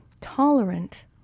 tolerant